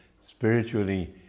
spiritually